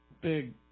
big